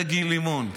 זה גיל לימון,